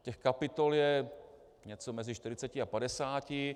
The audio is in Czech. Těch kapitol je něco mezi 40 a 50.